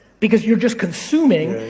because you're just consuming,